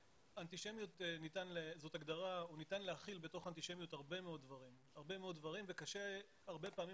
בתוך אנטישמיות ניתן להכיל הרבה מאוד דברים וקשה הרבה פעמים